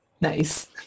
Nice